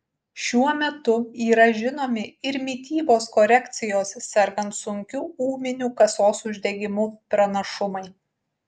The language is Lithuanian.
šiuo metu yra žinomi ir mitybos korekcijos sergant sunkiu ūminiu kasos uždegimu pranašumai